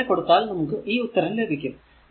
അത് ഇവിടെ കൊടുത്താൽ നമുക്ക് ഈ ഉത്തരം ലഭിക്കും